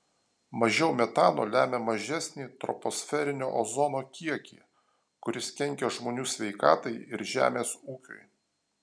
mažiau metano lemia mažesnį troposferinio ozono kiekį kuris kenkia žmonių sveikatai ir žemės ūkiui